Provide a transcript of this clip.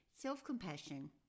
Self-compassion